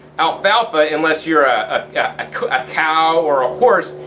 alfalfa, unless you're ah ah yeah ah a cow or a horse,